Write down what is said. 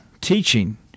Teaching